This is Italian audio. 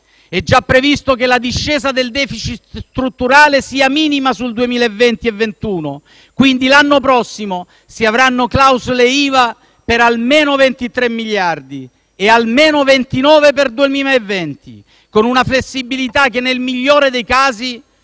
è già previsto che la discesa del *deficit* strutturale sia minima sul 2020 e sul 2021, quindi l'anno prossimo si avranno clausole IVA per almeno 23 miliardi di euro e per almeno 29 miliardi di euro nel 2020, con una flessibilità che, nel migliore dei casi,